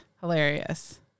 hilarious